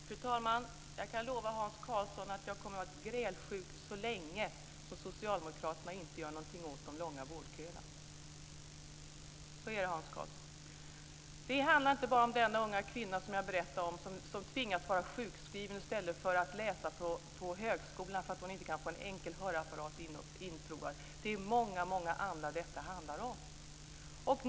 Fru talman! Jag kan lova Hans Karlsson att jag kommer att vara grälsjuk så länge Socialdemokraterna inte gör något åt de långa vårdköerna. Så är det, Det handlar inte bara om den unga kvinna som jag nyss berättade om och som, därför att hon inte kan få en enkel hörapparat inprovad, tvingas vara sjukskriven i stället för att läsa på högskolan, utan det handlar också om många andra.